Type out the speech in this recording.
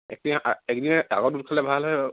এতিয়া এইকেইদিনৰ আগত খালে ভাল হয় আৰু